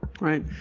Right